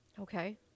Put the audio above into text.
Okay